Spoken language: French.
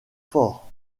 fort